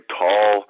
tall